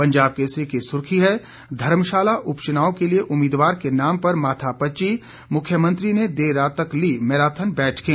पंजाब केसरी की सुर्खी है धर्मशाला उपच्नाव के लिये उम्मीदवार के नाम पर माथापच्ची मुख्यमंत्री ने देर रात तक ली मैराथन बैठकें